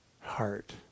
heart